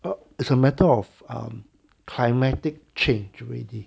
it's a matter of climatic change already